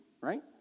right